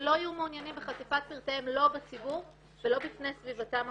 שלא היו מעוניינים בחשיפת פרטיהם לא בציבור ולא בפני סביבתם הקרובה.